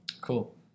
Cool